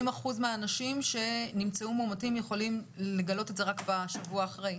50% מהאנשים שנמצאו מאומתים מגלים את זה רק שבוע אחרי?